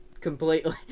completely